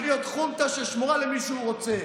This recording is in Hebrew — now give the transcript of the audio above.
להיות חונטה ששמורה למי שהוא רוצה.